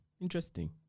interesting